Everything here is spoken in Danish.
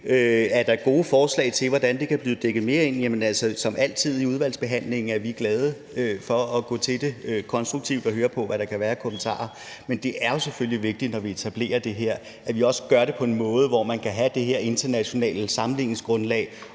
Er der gode forslag til, hvordan det kan blive dækket mere ind? Jamen som altid i udvalgsbehandlingen er vi glade for at gå til det konstruktivt og høre på, hvad der kan være af kommentarer. Men det er jo selvfølgelig vigtigt, når vi etablerer det her, at vi også gør det på en måde, hvor man kan have det her internationale sammenligningsgrundlag,